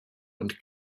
und